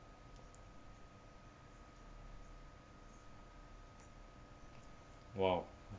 !wow!